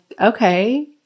okay